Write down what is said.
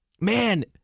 man